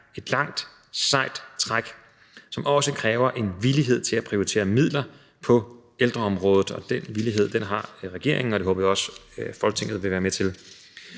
et langt sejt træk, som også kræver en villighed til at prioritere midler på ældreområdet. Den villighed har regeringen, og det håber jeg også at Folketinget har. Vi